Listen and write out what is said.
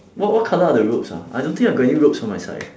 what what colour are the ropes ah I don't think I got any ropes on my side eh